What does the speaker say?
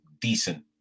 decent